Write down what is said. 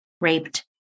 raped